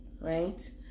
right